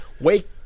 Wake